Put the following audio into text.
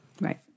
Right